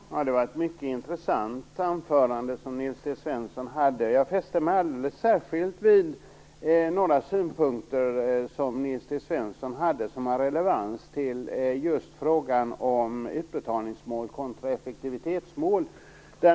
Herr talman! Det var ett mycket intressant anförande som Nils T Svensson höll. Jag fäste mig alldeles särskilt vid några synpunkter som har relevans just till frågan om utbetalningsmål kontra effektivitetsmål.